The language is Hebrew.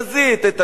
את הג'ינס